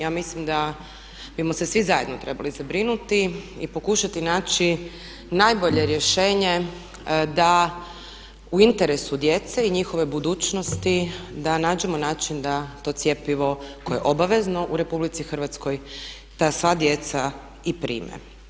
Ja mislim da bismo se svi zajedno trebali zabrinuti i pokušati naći najbolje rješenje da u interesu djece i njihove budućnosti da nađemo način da to cjepivo koje je obavezno u Republici Hrvatskoj da sva djeca i prime.